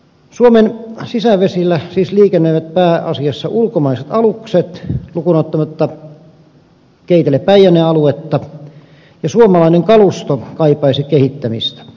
suomen sisävesillä siis liikennöivät pääasiassa ulkomaiset alukset lukuun ottamatta keitelepäijänne aluetta ja suomalainen kalusto kaipaisi kehittämistä